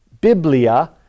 biblia